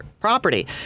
property